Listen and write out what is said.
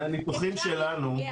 מהניתוחים שלנו,